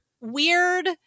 weird